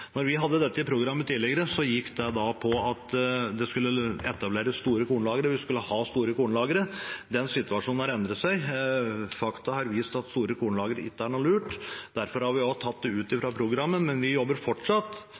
vi hadde dette i programmet vårt tidligere, gikk det ut på at vi skulle ha store kornlagre. Den situasjonen har endret seg. Fakta har vist at store kornlagre ikke er lurt. Derfor har vi tatt det ut av programmet, men vi jobber fortsatt